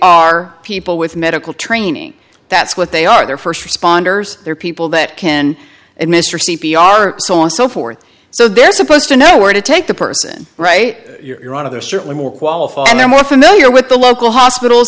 are people with medical training that's what they are there first responders there are people that can and mr c p r so and so forth so they're supposed to know where to take the person right you're out of they're certainly more qualified and they're more familiar with the local hospitals